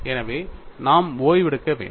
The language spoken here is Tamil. எனவே நாம் ஓய்வெடுக்க வேண்டும்